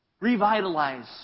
revitalize